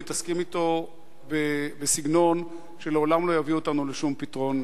מתעסקים אתו בסגנון שלעולם לא יביא אותנו לשום פתרון,